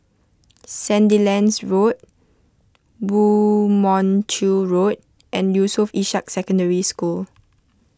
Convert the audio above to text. Sandilands Road Woo Mon Chew Road and Yusof Ishak Secondary School